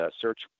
search